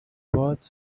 ربات